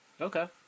Okay